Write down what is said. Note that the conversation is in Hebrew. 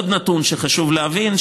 עוד נתון שחשוב להבין,